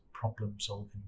problem-solving